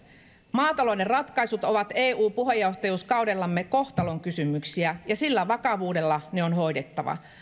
maatalouden ratkaisut ovat eu puheenjohtajuuskaudellamme kohtalon kysymyksiä ja sillä vakavuudella ne on hoidettava